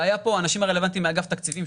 היו פה האנשים הרלוונטיים מאגף התקציבים,